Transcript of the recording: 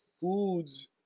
foods